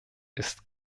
ist